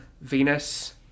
venus